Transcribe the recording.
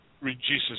reduces